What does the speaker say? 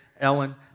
Ellen